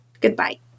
goodbye